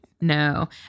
No